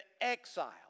exile